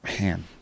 Man